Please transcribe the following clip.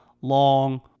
long